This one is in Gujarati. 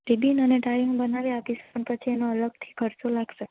રીબીન અને ટાય હું બનાવી આપીશ પણ પછી એનો અલગથી ખર્ચો લાગશે